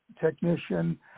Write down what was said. technician